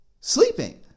sleeping